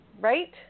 right